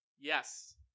Yes